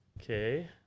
Okay